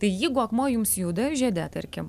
tai jeigu akmuo jums juda žiede tarkim